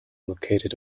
located